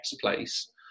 place